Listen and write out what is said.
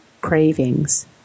cravings